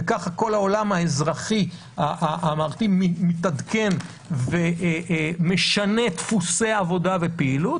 וכך כל העולם האזרחי מתעדכן ומשנה דפוסי עבודה ופעילות,